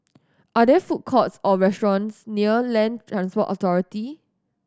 are there food courts or restaurants near Land Transport Authority